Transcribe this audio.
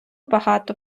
багато